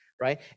Right